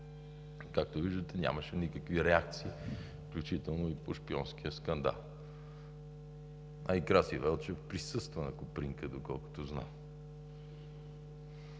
Както виждате, нямаше никакви реакции, включително и по шпионския скандал. А и Краси Велчев присъства на „Копринка“, доколкото знам.